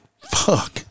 fuck